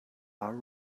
our